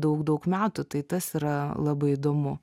daug daug metų tai tas yra labai įdomu